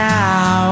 now